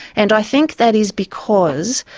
and i think that is because.